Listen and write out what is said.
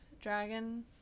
dragon